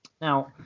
now